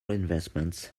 investments